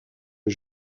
est